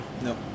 Nope